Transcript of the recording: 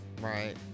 Right